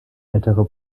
älterer